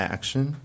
Action